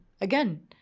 again